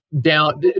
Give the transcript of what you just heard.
down